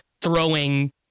throwing